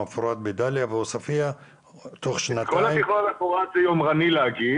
הוא אחראי על התוכנית הכלכלית, הוא יו"ר הרשות,